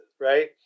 right